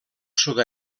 sud